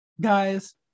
guys